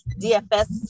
DFS